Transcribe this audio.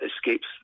escapes